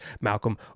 Malcolm